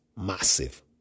massive